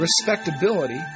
respectability